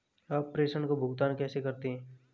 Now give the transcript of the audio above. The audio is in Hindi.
आप प्रेषण का भुगतान कैसे करते हैं?